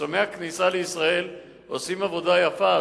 במחסומי הכניסה לישראל השוטרים עושים עבודה יפה,